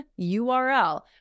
url